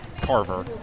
Carver